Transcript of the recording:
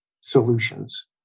solutions